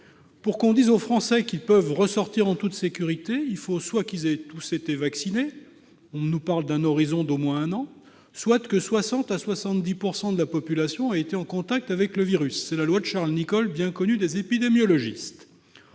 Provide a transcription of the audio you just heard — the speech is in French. Pour pouvoir dire aux Français qu'ils peuvent ressortir en toute sécurité, il faut soit qu'ils aient tous été vaccinés- on évoque un horizon d'au moins un an -, soit que 60 % à 70 % de la population aient été en contact avec le virus ; c'est la loi de Charles Nicolle, bien connue des épidémiologistes.